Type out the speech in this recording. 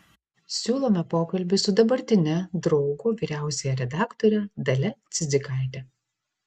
siūlome pokalbį su dabartine draugo vyriausiąja redaktore dalia cidzikaite